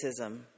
racism